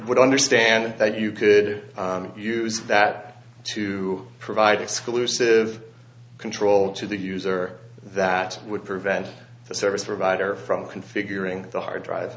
would understand that you could use that to provide exclusive control to the user that would prevent the service provider from configuring the hard drive